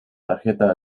tarjeta